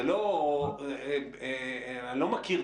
מערכת